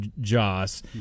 Joss